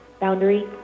Boundary